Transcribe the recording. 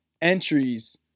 entries